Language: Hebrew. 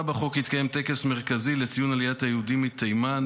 בחוק כי יתקיים טקס מרכזי לציון עליית היהודים מתימן,